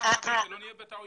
כדי שלא נעשה טעויות.